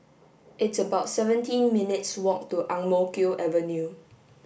it's about seventeen minutes' walk to Ang Mo Kio Avenue